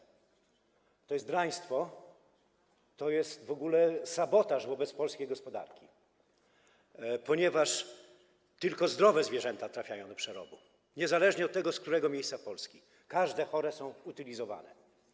To jest draństwo, to jest w ogóle sabotaż wobec polskiej gospodarki, ponieważ tylko zdrowe zwierzęta trafiają do przerobu, niezależnie od tego, z którego miejsca Polski, wszystkie chore są utylizowane.